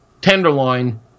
tenderloin